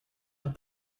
have